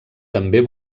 també